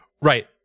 Right